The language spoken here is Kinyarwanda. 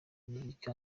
muziki